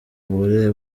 ubure